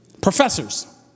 Professors